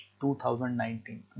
2019